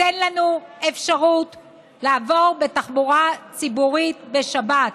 תן לנו אפשרות לעבור בתחבורה ציבורית בשבת,